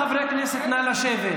חברי הכנסת, נא לשבת.